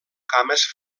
cames